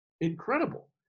incredible